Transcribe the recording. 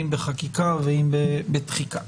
אם בחקיקה ואם בתחיקה.